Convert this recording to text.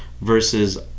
versus